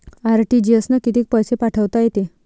RTGS न कितीक पैसे पाठवता येते?